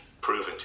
proven